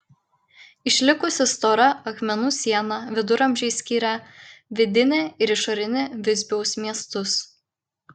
išlikusi stora akmenų siena viduramžiais skyrė vidinį ir išorinį visbiaus miestus